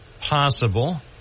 Possible